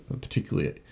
particularly